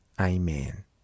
Amen